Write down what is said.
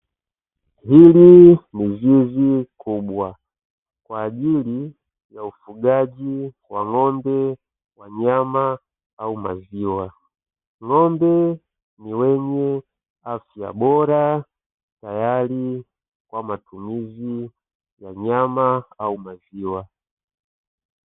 Hili ni zizi kubwa kwa ajili ya ufugaji wa ng'ombe wa nyama au maziwa, ng'ombe ni wenye afya bora tayari kwa matumizi ya nyama au maziwa.